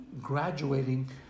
graduating